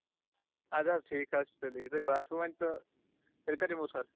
اَدٕ حظ ٹھیٖک حظ چھُ تیٚلہِ یہِ تۄہہِ باسوٕ وۅنۍ تہٕ تیٚلہِ کر یِمو سر